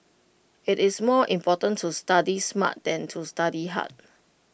IT is more important to study smart than to study hard